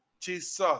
Jesus